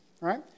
right